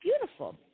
beautiful